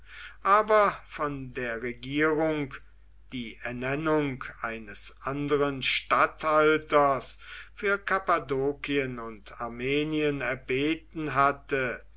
aber von der regierung die ernennung eines anderen statthalters für kappadokien und armenien erbeten hatte